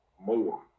more